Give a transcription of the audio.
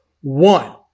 One